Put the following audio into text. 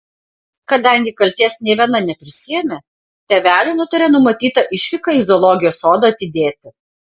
kadangi kaltės nė viena neprisiėmė tėveliai nutarė numatytą išvyką į zoologijos sodą atidėti